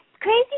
Crazy